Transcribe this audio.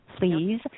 please